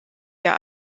der